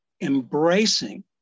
embracing